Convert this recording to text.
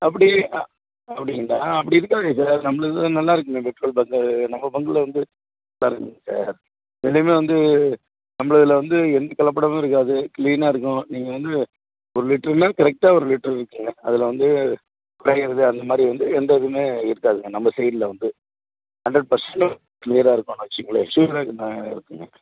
அப்படி அ அப்படிங்களா அப்படி இருக்காதே சார் நம்மளுது நல்லா இருக்குமே பெட்ரோல் வந்து நம்ம பங்கில் வந்து நல்லா இருக்கும் சார் ரெண்டுமே வந்து நம்மளுதுல வந்து எந்தக் கலப்படமும் இருக்காது க்ளீனாக இருக்கும் நீங்கள் வந்து ஒரு லிட்ருன்னா கரெக்டாக ஒரு லிட்ரு இருக்குங்க அதில் வந்து குறையுறது அந்த மாதிரி வந்து எந்த இதுவுமே இருக்காதுங்க நம்ம சைடில் வந்து ஹண்ரெட் பெர்சண்ட்டு க்ளியராக இருக்கும் வைச்சுக்கங்களேன் இருக்குதுங்க